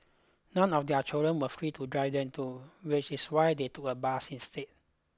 none of their children were free to drive them too which is why they took a bus instead